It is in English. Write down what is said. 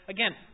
Again